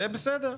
זה בסדר.